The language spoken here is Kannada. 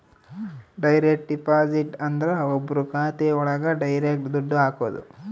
ಡೈರೆಕ್ಟ್ ಡೆಪಾಸಿಟ್ ಅಂದ್ರ ಒಬ್ರು ಖಾತೆ ಒಳಗ ಡೈರೆಕ್ಟ್ ದುಡ್ಡು ಹಾಕೋದು